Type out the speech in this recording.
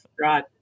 Right